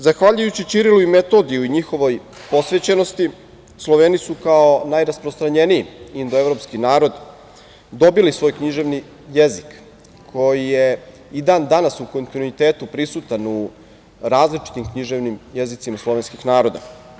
Zahvaljujući Ćirilu i Metodiju i njihovoj posvećenosti, Sloveni su kao najrasprostranjeniji indoevropski narod dobili svoj književni jezik koji je i dan danas u kontinuitetu prisutan u različitim književnim jezicima slovenskih naroda.